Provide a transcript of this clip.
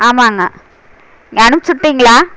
ஆமாங்க அனுப்பிச்சி விட்டிங்களா